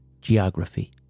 geography